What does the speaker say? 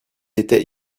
était